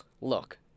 Look